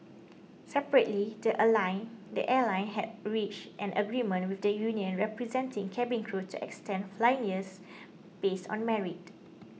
separately the a line the airline has reached an agreement with the union representing cabin crew to extend flying years based on merit